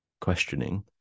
questioning